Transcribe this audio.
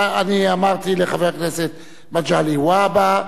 אמרתי לחבר הכנסת מגלי והבה,